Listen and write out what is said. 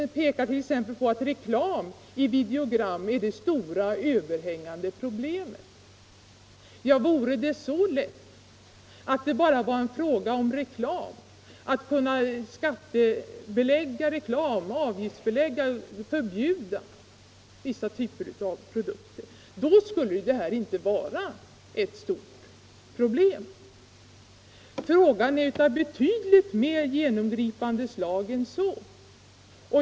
Han tror t.ex. att reklam i videogram är det stora överhängande problemet. Det är inte så lätt, att det bara är en fråga om reklam och att kunna avgiftsbelägga eller förbjuda den eller vissa typer av produkter. Frågan är av betydligt mer genomgripande art än så.